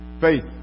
faith